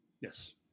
Yes